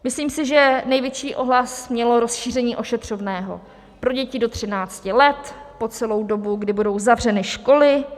Myslím si, že největší ohlas mělo rozšíření ošetřovného pro děti do třinácti let po celou dobu, kdy budou uzavřeny školy.